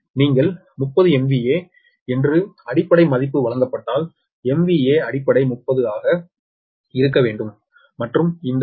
நீங்கள் 30 MVA என்று அடிப்படை மதிப்பு வழங்கப்பட்டால் MVA அடிப்படை 30 ஆக இருக்க வேண்டும் மற்றும் இந்த மின்னழுத்தம் 6